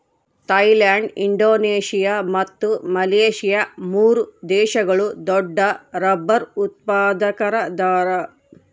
Thailand Indonesia ಮತ್ತು Malaysia ಮೂರು ದೇಶಗಳು ದೊಡ್ಡರಬ್ಬರ್ ಉತ್ಪಾದಕರದಾರ